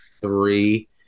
Three